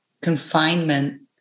confinement